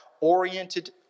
oriented